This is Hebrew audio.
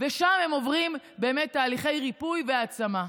ושם הם עוברים באמת תהליכי ריפוי והעצמה.